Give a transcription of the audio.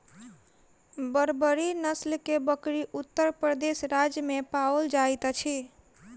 बर्बरी नस्ल के बकरी उत्तर प्रदेश राज्य में पाओल जाइत अछि